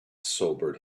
sobered